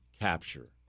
capture